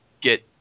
get